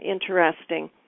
interesting